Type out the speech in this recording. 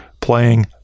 playing